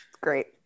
great